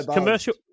commercial